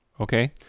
Okay